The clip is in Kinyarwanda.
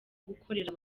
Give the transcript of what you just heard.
gukorera